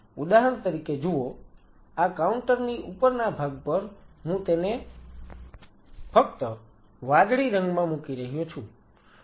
ઉદાહરણ તરીકે જુઓ આ કાઉન્ટર ની ઉપરના ભાગ પર હું તેને ફક્ત વાદળી રંગમાં મૂકી રહ્યો છું